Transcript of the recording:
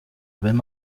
wenn